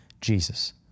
Jesus